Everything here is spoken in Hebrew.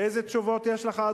איזה תשובות יש לך,